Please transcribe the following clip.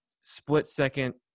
split-second